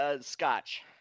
Scotch